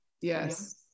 Yes